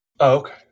Okay